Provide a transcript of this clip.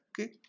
okay